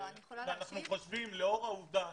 אנחנו חושבים, לאור העובדה